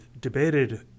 debated